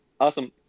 awesome